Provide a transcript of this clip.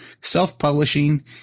self-publishing